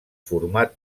format